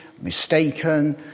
mistaken